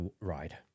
ride